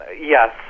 yes